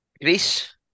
Greece